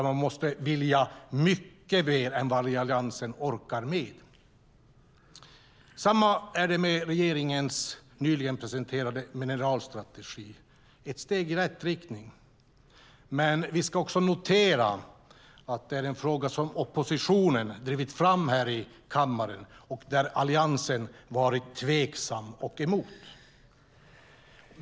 Man måste vilja mycket mer än vad Alliansen orkar med. Det är samma sak med regeringens nyligen presenterade mineralstrategi, som är ett steg i rätt riktning. Men vi ska också notera att det är en fråga som oppositionen drivit fram här i kammaren och där Alliansen varit tveksam och emot.